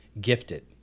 Gifted